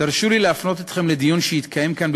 תרשו לי להפנות אתכם לדיון שהתקיים כאן,